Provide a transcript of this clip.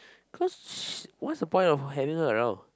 cause what's the point of having her around